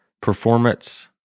performance